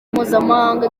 mpuzamahanga